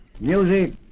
music